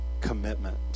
commitment